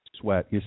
sweat